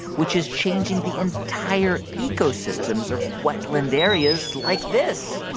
which is changing the entire ecosystems of wetland areas like this